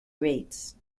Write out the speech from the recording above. rates